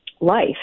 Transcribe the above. life